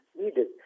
needed